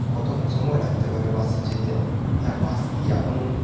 কতক্ষণ সময় লাগতে পারে বাসে যেতে আর বাস কি এখন